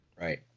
Right